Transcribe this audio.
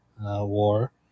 war